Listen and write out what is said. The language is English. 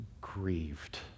grieved